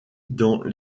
dans